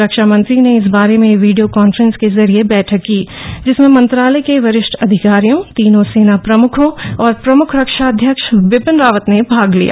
रक्षा मंत्री ने इस बारे में वीडियो कॉन्फ्रेंस के जरिए बैठक की जिसमें मंत्रालय के वरिष्ठ अधिकारियों तीनों सेना प्रमुखों और प्रमुख रक्षा अध्यक्ष बिपिन रावत ने भाग लिया